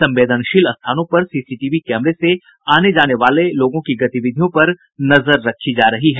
संवेदनशील स्थानों पर सीसीटीवी कैमरे से आने जाने वाले लोगों की गतिविधियों पर नजर रखी जा रही है